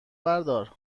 بردار